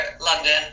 London